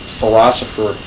philosopher